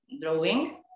drawing